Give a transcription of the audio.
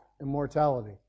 immortality